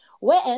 Whereas